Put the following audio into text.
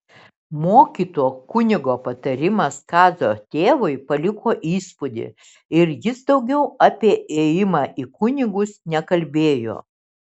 mokyto kunigo patarimas kazio tėvui paliko įspūdį ir jis daugiau apie ėjimą į kunigus nekalbėjo